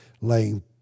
laying